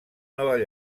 nova